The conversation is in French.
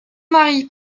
marie